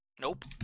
Nope